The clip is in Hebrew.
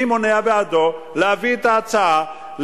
מי מונע בעדו להביא את ההצעה,